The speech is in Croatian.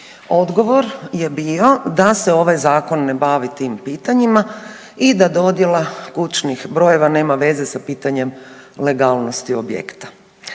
Odgovor je bio da se ovaj zakon ne bavi tim pitanjima i da dodjela kućnih brojeva nema veze sa pitanjem legalnosti objekta.